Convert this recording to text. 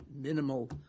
minimal